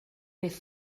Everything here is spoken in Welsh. beth